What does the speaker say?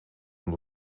een